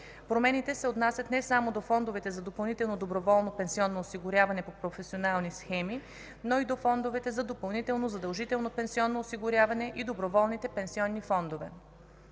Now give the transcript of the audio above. Промените се отнасят не само до фондовете за допълнително доброволно пенсионно осигуряване по професионални схеми, но и до фондовете за допълнително задължително пенсионно осигуряване и доброволните пенсионни фондове.